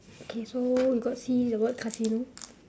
okay so you got see the word casino